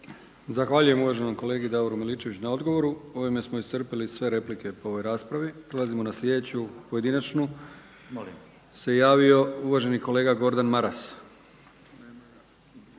Zahvaljujem uvaženom kolegi Davoru Miličeviću na odgovoru. Ovime smo iscrpili sve replike po ovoj raspravi. Prelazimo na sljedeću, pojedinačnu, se javio uvaženi kolega Gordan Maras.